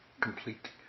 completely